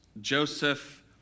Joseph